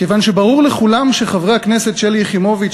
כיוון שברור לכולם שחברי הכנסת שלי יחימוביץ,